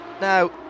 now